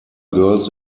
girls